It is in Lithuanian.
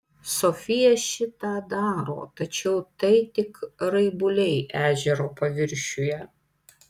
sofija šį tą daro tačiau tai tik raibuliai ežero paviršiuje